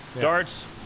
darts